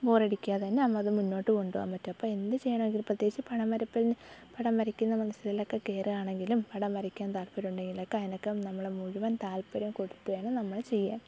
ബോറടിക്കാതെ തന്നെ നമ്മൾ അത് മുന്നോട്ട് കൊണ്ടുപോകാൻ പറ്റും അപ്പം എന്തു ചെയ്യണമെങ്കിലും പ്രത്യേകിച്ച് പടം വരപ്പ് പടം വരയ്ക്കുന്ന മനസ്സിലൊക്കെ കയറുകയാണെങ്കിലും പടം വരയ്ക്കാൻ താല്പര്യം ഉണ്ടെങ്കിലൊക്കെ അതിനൊക്കെ നമ്മൾ മുഴുവൻ താല്പര്യം കൊടുത്തു വേണം നമ്മൾ ചെയ്യാൻ